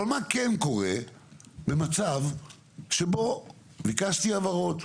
אבל מה כן קורה במצב שבו ביקשתי הבהרות,